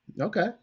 Okay